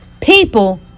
people